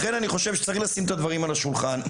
לכן אני חושב שצריך לשים את הדברים על השולחן,